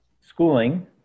schooling